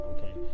Okay